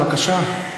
משפט סיכום, בבקשה.